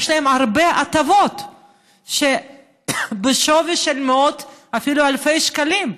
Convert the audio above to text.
יש להם הרבה הטבות בשווי של מאות ואפילו אלפי שקלים,